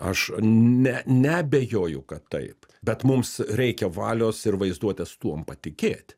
aš ne neabejoju kad taip bet mums reikia valios ir vaizduotės tuom patikėt